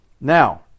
Now